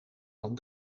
van